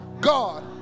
God